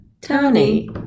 Tony